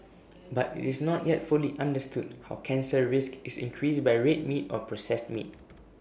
but IT is not yet fully understood how cancer risk is increased by red meat or processed meat